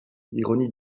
ironie